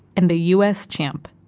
and the us champ,